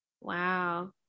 wow